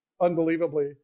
unbelievably